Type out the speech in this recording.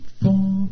four